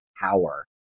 power